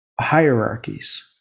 hierarchies